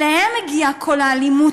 ואליהם מגיעים כל האלימות,